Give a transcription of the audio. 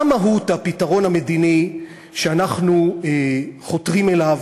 מהי מהות הפתרון המדיני שאנחנו חותרים אליו